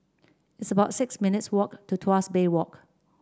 it's about six minutes' walk to Tuas Bay Walk